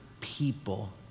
people